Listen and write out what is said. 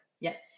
Yes